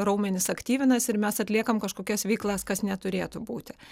raumenys aktyvinasi ir mes atliekam kažkokias veiklas kas neturėtų būti